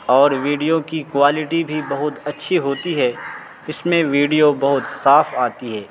اور ویڈیو کی کوالٹی بھی بہت اچھی ہوتی ہے اس میں ویڈیو بہت صاف آتی ہے